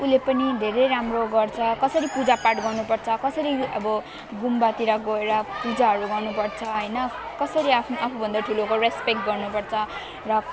उसले पनि धेरै राम्रो गर्छ कसरी पूजापाठ गर्नुपर्छ कसरी अब गुम्बातिर गएर पूजाहरू गर्नुपर्छ हैन कसरी आफ् आफूभन्दा ठुलोको रेस्पेक्ट गर्नुपर्छ र